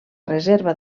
reserva